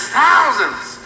thousands